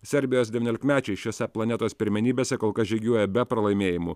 serbijos devyniolikmečiai šiose planetos pirmenybėse kol kas žygiuoja be pralaimėjimų